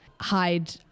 hide